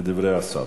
בדברי השר.